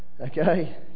okay